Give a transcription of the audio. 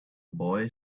boy